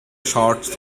shots